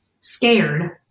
scared